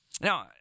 Now